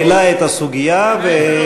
הוא העלה את הסוגיה ואמר,